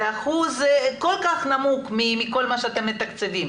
זה אחוז כל כך נמוך ממה שאתם מתקצבים,